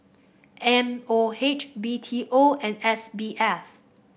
M O H B T O and S B F